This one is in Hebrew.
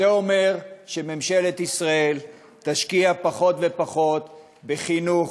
זה אומר שממשלת ישראל תשקיע פחות ופחות בחינוך,